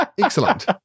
Excellent